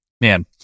Man